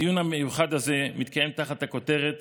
הדיון המיוחד הזה מתקיים תחת הכותרת